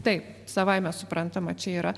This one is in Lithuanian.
taip savaime suprantama čia yra